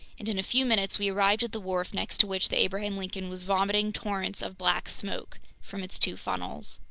and in a few minutes we arrived at the wharf next to which the abraham lincoln was vomiting torrents of black smoke from its two funnels.